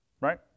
Right